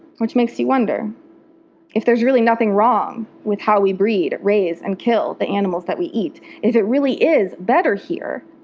which makes you wonder if there's really nothing wrong with how we breed, raise, and kill the animals we eat if it really is better here,